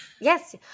Yes